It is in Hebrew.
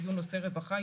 היו נושאי רווחה,